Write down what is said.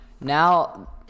Now